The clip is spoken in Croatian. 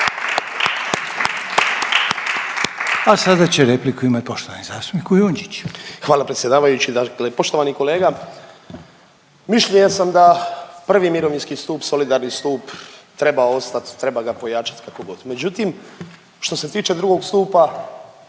Kujundžić. **Kujundžić, Ante (MOST)** Hvala predsjedavajući. Poštovani kolega, mišljenja sam da 1. mirovinski stup, solidarni stup treba ostat, treba ga pojačat kako god. Međutim što se tiče 2. stupa